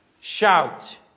Shout